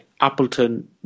Appleton